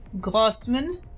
Grossman